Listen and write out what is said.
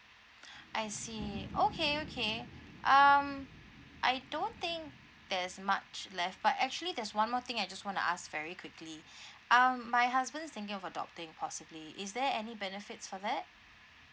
I see okay okay um I don't think there's much left but actually there's one more thing I just want to ask very quickly um my husband's thinking of adopting possibly is there any benefits for that